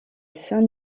saint